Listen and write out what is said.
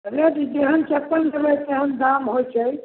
rate जेहन चप्पल लेबै तेहन दाम होइ छै